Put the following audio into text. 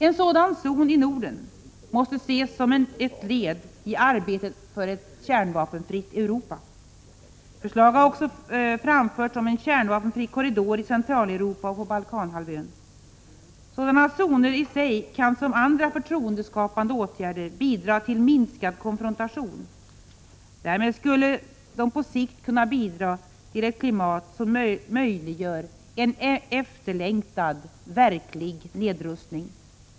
En kärnvapenfri zon i Norden måste ses som ett led i arbetet för ett kärnvapenfritt Europa. Förslag har också framförts om en kärnvapenfri korridor i Centraleuropa och på Balkanhalvön. Sådana kan i sig, som andra förtroendeskapande åtgärder, bidra till minskad konfrontation. Därmed skulle det på sikt kunna bidra till ett klimat som möjliggör en efterlängtad, verklig nedrustning.